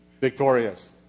victorious